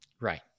right